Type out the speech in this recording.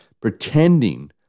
pretending